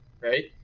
right